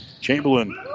Chamberlain